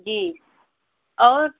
जी और